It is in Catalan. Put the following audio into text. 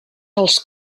els